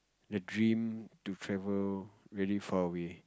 the dream to travel really far away